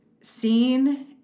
seen